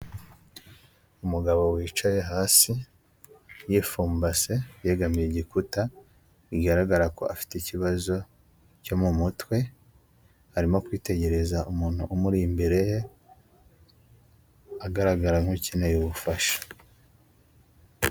Umugabo wicaye hasi yifumbase, yegamiye igikuta, bigaragara ko afite ikibazo cyo mu mutwe, arimo kwitegereza umuntu umuri imbere ye, agaragara nk'ukeneye ubufasha.